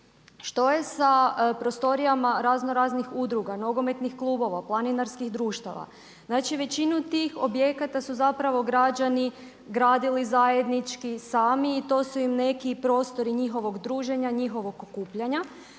što je sa prostorijama razno raznih udruga, nogometnih klubova, planinarskih društava. Znači većinu tih objekata su zapravo građani gradili zajednički sami i to su im neki prostori njihovog druženja, njihovog okupljanja.